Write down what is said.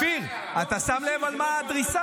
אופיר, אתה שם לב על מה הדריסה?